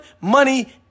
money